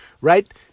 right